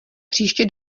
příště